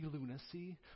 lunacy